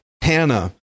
Hannah